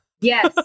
Yes